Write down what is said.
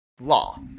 law